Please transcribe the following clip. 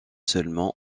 seulement